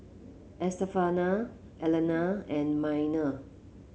Estefania Elena and Minor